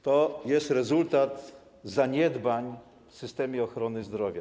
To jest rezultat zaniedbań w systemie ochrony zdrowia.